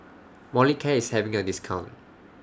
Molicare IS having A discount